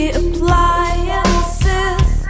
appliances